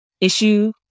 issue